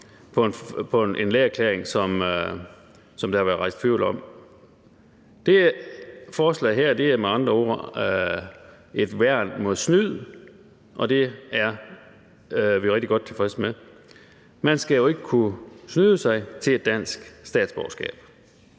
med en lægeerklæring, som der har været rejst tvivl om. Det forslag her er med andre ord et værn mod snyd, og det er vi rigtig godt tilfredse med. Man skal jo ikke kunne snyde sig til et dansk statsborgerskab.